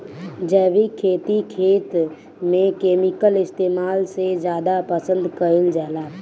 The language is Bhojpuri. जैविक खेती खेत में केमिकल इस्तेमाल से ज्यादा पसंद कईल जाला